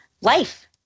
life